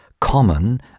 common